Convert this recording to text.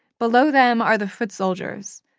below them are the foot soldiers,